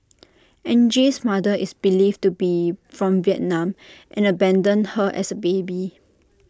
Angie's mother is believed to be from Vietnam and abandoned her as A baby